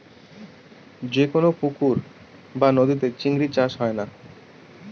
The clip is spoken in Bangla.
যেকোনো পুকুর বা নদীতে চিংড়ি চাষ করা হয়